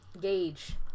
gauge